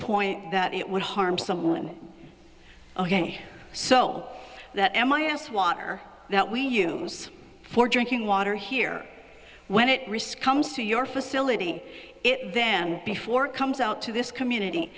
point that it would harm someone ok so that m i us water that we use for drinking water here when it risk comes to your facility then before it comes out to this community